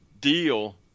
deal